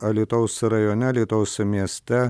alytaus rajone alytaus mieste